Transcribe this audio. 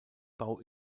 bau